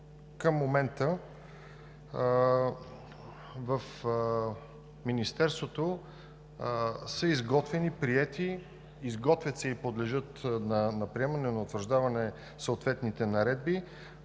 Към момента в Министерството са изготвени, приети, изготвят се и подлежат на приемане, на утвърждаване съответните наредби